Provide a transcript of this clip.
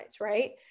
right